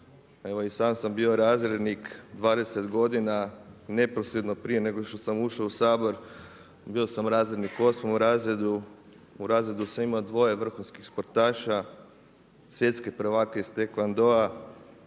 sam sam bio razrednik 20 godina neposredno prije nego što sam ušao u Sabor bio sam razrednik osmom razredu. U razredu sam imao dvoje vrhunskih sportaša, svjetske prvake iz tae kwon dou